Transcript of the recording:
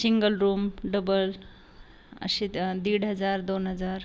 शिंगल room double अशे त दीड हजार दोन हजार